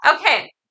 Okay